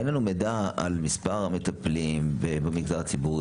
אין לנו מידע על מספר המטפלים במגזר הציבורי,